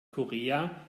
korea